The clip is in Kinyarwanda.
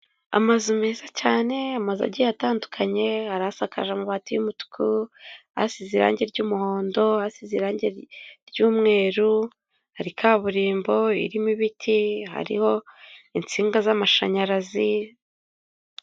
Amazu meza cyane, amazu agiye atandukanye, hari asakaje amabati y'umutuku, asize irange ry'umuhondo, asize irange ry'umweru, hari kaburimbo irimo ibiti, hariho insinga z'amashanyarazi.